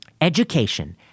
education